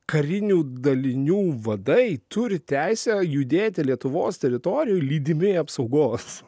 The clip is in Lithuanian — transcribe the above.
karinių dalinių vadai turi teisę judėti lietuvos teritorijoj lydimi apsaugos